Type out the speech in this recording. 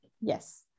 Yes